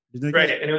Right